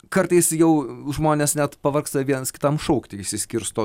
kartais jau žmonės net pavargsta viens kitam šaukti išsiskirsto